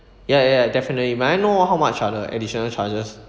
ya ya ya definitely may I know how much are the additional charges